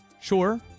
Sure